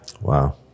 Wow